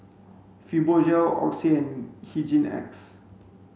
Fibogel Oxy and Hygin X